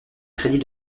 crédit